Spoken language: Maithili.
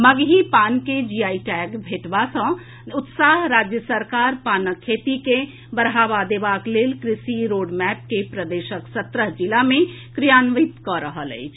मगही पान के जीआई टैग भेटबा सँ उत्साहित राज्य सरकार पानक खेती के बढ़ावा देबाक लेल कृषि रोड मैप के प्रदेशक सत्रह जिला मे क्रियान्वित कऽ रहल अछि